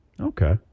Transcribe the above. Okay